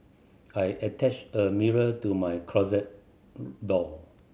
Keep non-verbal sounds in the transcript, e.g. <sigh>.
I attached a mirror to my closet <noise> door